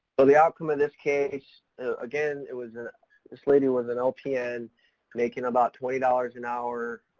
so the outcome of this case, again, it was a this lady was an lpn making about twenty dollars an hour,